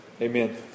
amen